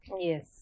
Yes